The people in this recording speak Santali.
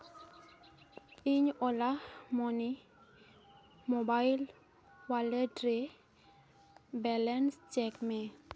ᱤᱧ ᱳᱞᱟ ᱢᱟᱹᱱᱤ ᱢᱳᱵᱟᱭᱤᱞ ᱚᱣᱟᱞᱮᱴ ᱨᱮ ᱵᱮᱞᱮᱱᱥ ᱪᱮᱠ ᱢᱮ